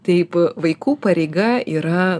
taip vaikų pareiga yra